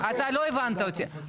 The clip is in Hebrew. רגע, אתה לא הבנת אותי.